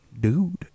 Dude